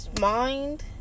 mind